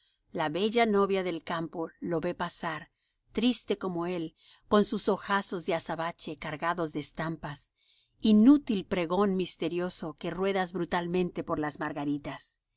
la bella novia del campo lo ve pasar triste como él con sus ojazos de azabache cargados de estampas inútil pregón misterioso que ruedas brutalmente por las margaritas